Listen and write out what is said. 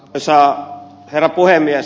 arvoisa herra puhemies